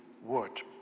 word